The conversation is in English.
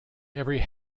every